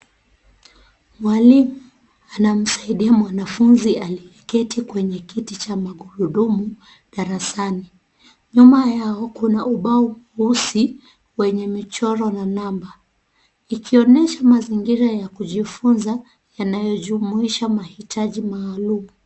Mwalimu anamsaidia mwanafunzi aliyeketi kwenye kiti cha magurudumu darasani. Nyuma yao kuna ubao mweusi wenye michoro na namba ikionyesha mazingira ya kujifunza yanayojumuisha mahitaji maalum.